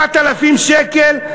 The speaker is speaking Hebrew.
7,000 שקל,